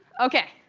ok,